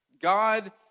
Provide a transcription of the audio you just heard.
God